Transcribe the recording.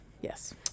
Yes